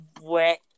wet